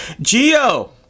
Geo